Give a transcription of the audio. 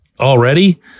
already